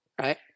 right